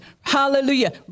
hallelujah